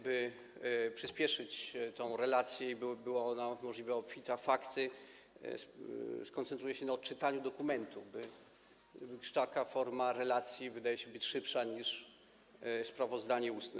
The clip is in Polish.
By przyspieszyć tę relację i by była ona możliwie obfita w fakty, skoncentruję się na odczytaniu dokumentu, gdyż taka forma relacji wydaje się szybsza niż sprawozdanie ustne.